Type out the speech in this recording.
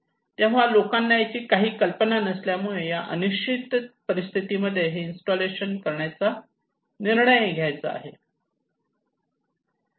तेव्हा लोकांना याची काहीही कल्पना नसल्यामुळे या अनिश्चित परिस्थितीमध्ये हे इंस्टॉलेशन करण्याचा निर्णय घ्यायचा आहे